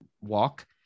walk